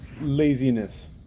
laziness